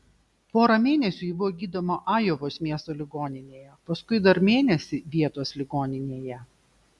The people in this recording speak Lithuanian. porą mėnesių ji buvo gydoma ajovos miesto ligoninėje paskui dar mėnesį vietos ligoninėje